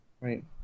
Right